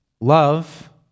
love